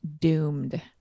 doomed